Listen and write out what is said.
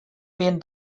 been